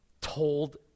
told